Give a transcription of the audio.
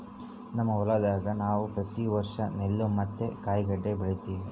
ನಮ್ಮ ಹೊಲದಾಗ ನಾವು ಪ್ರತಿ ವರ್ಷ ನೆಲ್ಲು ಮತ್ತೆ ಕಾಯಿಗಡ್ಡೆ ಬೆಳಿತಿವಿ